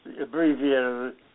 abbreviated